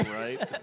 right